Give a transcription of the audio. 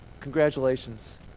Congratulations